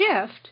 shift